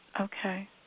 Okay